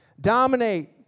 dominate